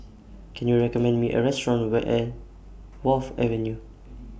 Can YOU recommend Me A Restaurant Where An Wharf Avenue